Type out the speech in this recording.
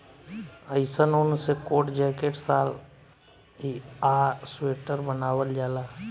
अइसन ऊन से कोट, जैकेट, शाल आ स्वेटर बनावल जाला